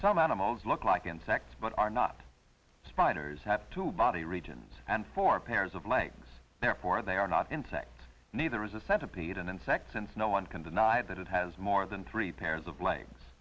some animals look like insects but are not spiders have two body regions and four pairs of legs therefore they are not insects neither is a centipede an insect since no one can deny that it has more than three pairs of legs